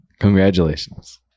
Congratulations